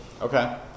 Okay